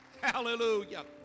Hallelujah